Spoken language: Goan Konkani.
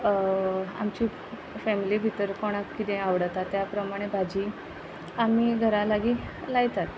आमची फॅमिली भितर कोणाक कितें आवडता त्या प्रमाणे भाजी आमी घरा लागी लायतात